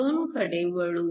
२ कडे वळू